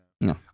No